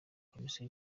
komisiyo